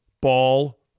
ball